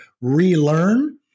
relearn